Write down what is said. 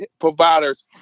providers